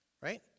Right